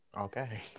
Okay